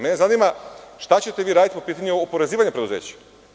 Mene zanima šta ćete vi raditi po pitanju oporezivanja preduzeća?